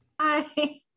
Hi